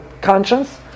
conscience